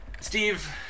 Steve